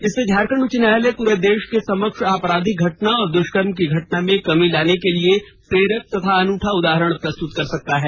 इससे झारखंड उच्च न्यायालय पूरे देश के समक्ष आपराधिक घटना और दुष्कर्म की घटना में कमी लाने के लिए प्रेरक तथा अनूठा उदाहरण प्रस्तुत कर सकता है